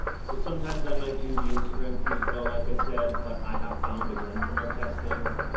so sometimes i might do the instagram feed as well, like i said, but i have found again from our testing,